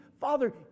father